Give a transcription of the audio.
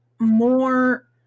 more